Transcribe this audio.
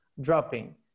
dropping